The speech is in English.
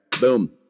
Boom